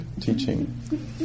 teaching